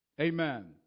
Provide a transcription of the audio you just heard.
Amen